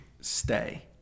stay